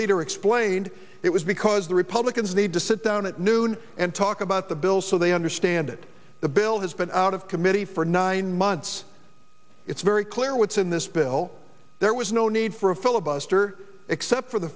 leader explained it was because the republicans need to sit down at noon and talk about the bill so they understand it the bill has been out of committee for nine months it's very clear what's in this bill there was no need for a filibuster except for the